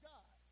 God